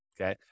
okay